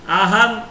aham